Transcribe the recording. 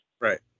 Right